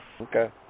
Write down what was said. Okay